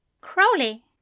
Crowley